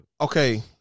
Okay